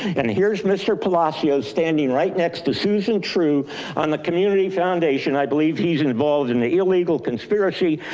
and here's mr. palacios standing right next to susan true on the community foundation. i believe he's involved in the illegal conspiracy.